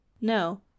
no